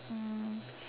um